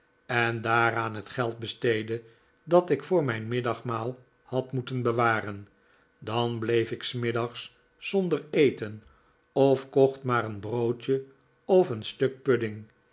en daaraan het geld besteedde dat ik voor mijn middagmaal had moeten bewaren dan bleef ik s middags zonder eten of kocht maar een broodje of een stuk pudding